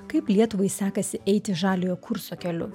kaip lietuvai sekasi eiti žaliojo kurso keliu